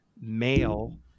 male